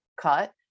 cut